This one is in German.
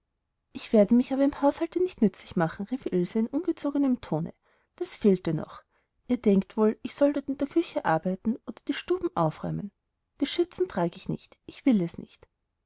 ich werde mich aber im haushalte nicht nützlich machen rief ilse in ungezogenem tone das fehlte noch ihr denkt wohl ich soll dort in der küche arbeiten oder die stuben aufräumen die schürzen trage ich nicht ich will es nicht